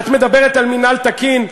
את מדברת על מינהל תקין?